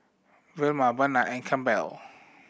Velma Barnard and Campbell